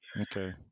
Okay